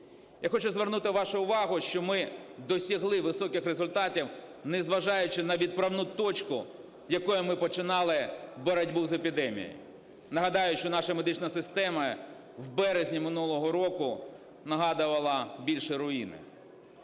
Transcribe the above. Я хочу звернути вашу увагу, що ми досягли високих результатів, не зважаючи на відправну точку, з якої ми починали боротьбу з епідемією. Нагадаю, що наша медична система в березні минулого року нагадувала більше руїни.